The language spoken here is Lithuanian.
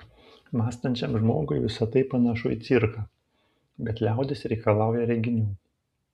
mąstančiam žmogui visa tai panašu į cirką bet liaudis reikalauja reginių